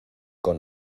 con